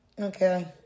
Okay